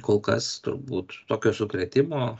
kol kas turbūt tokio sukrėtimo